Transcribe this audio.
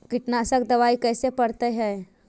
कीटनाशक दबाइ कैसे पड़तै है?